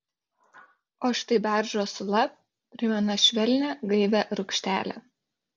o štai beržo sula primena švelnią gaivią rūgštelę